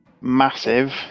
Massive